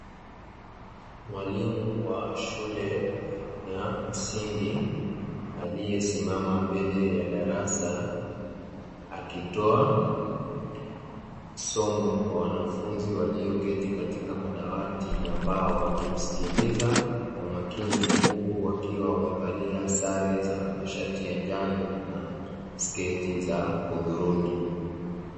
Mwalimu wa shule ya msingi aliyesimama mbele ya darasa, akitoa somo kwa wanafunzi walioketi katika madawati ya mbao, wakimsikiliza kwa makini, huku wakiwa wamevalia sare za mashati ya njano na sketi za hudhurungi.